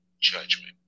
judgment